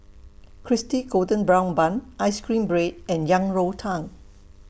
Crispy Golden Brown Bun Ice Cream Bread and Yang Rou Tang